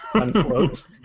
unquote